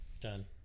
Done